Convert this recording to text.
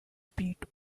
pit